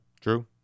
True